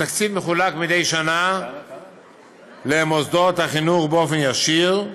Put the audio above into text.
התקציב מחולק מדי שנה למוסדות החינוך באופן ישיר,